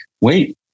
wait